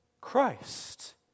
Christ